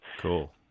Cool